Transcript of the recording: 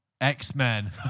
x-men